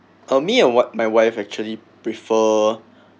me and what uh my wife actually prefer